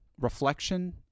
Reflection